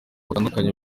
batandukanye